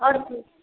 आओर कि